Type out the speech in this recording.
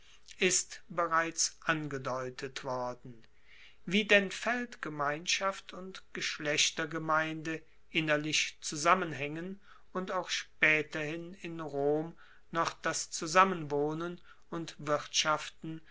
ist bereits angedeutet worden wie denn feldgemeinschaft und geschlechtergemeinde innerlich zusammenhaengen und auch spaeterhin in rom noch das zusammenwohnen und wirtschaften